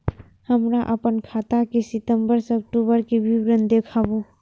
हमरा अपन खाता के सितम्बर से अक्टूबर के विवरण देखबु?